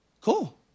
cool